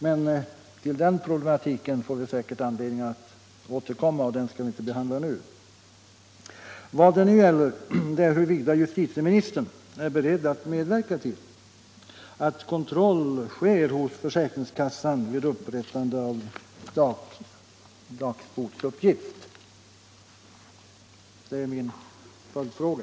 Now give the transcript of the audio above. Men till den problematiken får vi säkert anledning att återkomma. Vad det nu gäller är huruvida justitieministern är beredd att medverka till att kontroll görs hos försäkringskassan vid fastställande av dagsbotsbeloppets storlek. Det är min följdfråga.